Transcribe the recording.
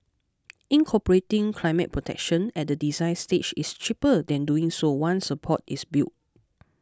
incorporating climate protection at the design stage is cheaper than doing so once a port is built